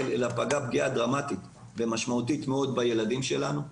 אלא פגעה פגיעה דרמטית ומשמעותית מאוד בילדים שלנו,